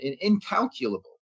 incalculable